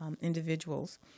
individuals